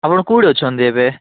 ଆପଣ କେଉଁଠି ଅଛନ୍ତି ଏବେ